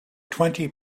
twenty